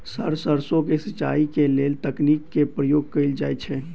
Sir सैरसो केँ सिचाई केँ लेल केँ तकनीक केँ प्रयोग कैल जाएँ छैय?